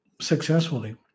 successfully